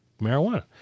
marijuana